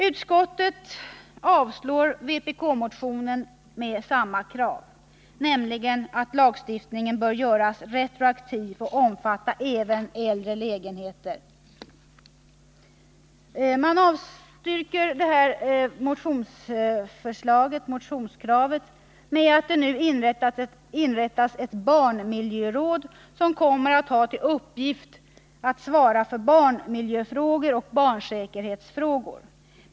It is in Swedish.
Utskottet däremot avstyrker vpk-motionen med samma krav, nämligen att lagstiftningen bör göras retroaktiv och omfatta även äldre lägenheter, med att det nu inrättas ett barnmiljöråd, som kommer att ha till uppgift att svara för barnmiljöfrågor och barnsäkerhetsfrågor.